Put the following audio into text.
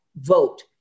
vote